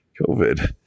COVID